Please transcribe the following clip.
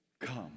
come